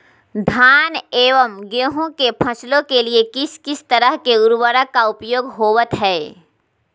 धान एवं गेहूं के फसलों के लिए किस किस तरह के उर्वरक का उपयोग होवत है?